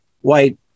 white